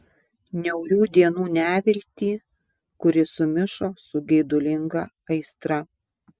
niaurių dienų neviltį kuri sumišo su geidulinga aistra